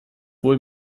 wohl